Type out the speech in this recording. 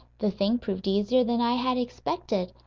the thing proved easier than i had expected.